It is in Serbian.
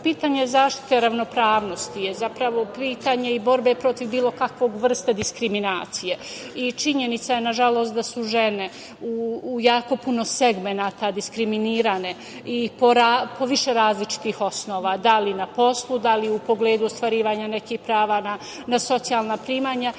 pitanje zaštite ravnopravnosti je pitanje i borbe protiv bilo kakve vrste diskriminacije i činjenica je nažalost da su žene u jako puno segmenata diskriminisane i po više različitih osnova – da li na poslu, da li u pogledu ostvarivanja nekih prava na socijalna primanja